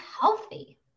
healthy